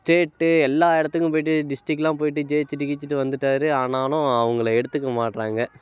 state எல்லா இடத்துக்கும் போய்ட்டு டிஸ்ட்ரிக்ட்டுலாம் போய்ட்டு ஜெய்ச்சிட்டு கீச்சிட்டு வந்துட்டார் ஆனாலும் அவங்கள எடுத்துக்க மாட்றாங்க